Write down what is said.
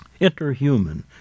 interhuman